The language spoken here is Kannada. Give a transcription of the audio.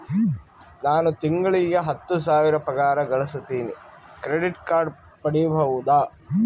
ನಾನು ತಿಂಗಳಿಗೆ ಹತ್ತು ಸಾವಿರ ಪಗಾರ ಗಳಸತಿನಿ ಕ್ರೆಡಿಟ್ ಕಾರ್ಡ್ ಪಡಿಬಹುದಾ?